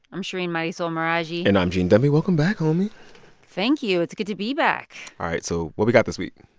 i'm shereen marisol meraji and i'm gene demby. welcome back, homie thank you. it's good to be back all right. so what we got this week?